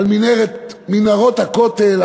על מנהרות הכותל,